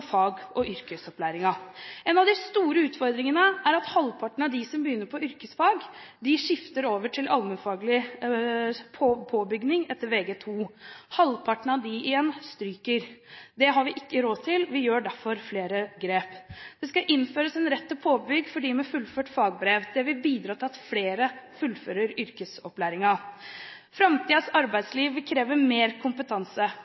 fag- og yrkesopplæringen. En av de store utfordringene er at halvparten av dem som begynner på yrkesfag, velger Vg3 påbygg etter Vg2, og halvparten av dem igjen stryker. Det har vi ikke råd til, og vi gjør derfor flere grep. Det skal innføres en rett til påbygging for dem med fullført fagbrev. Det vil bidra til at flere fullfører